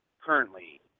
currently